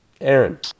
Aaron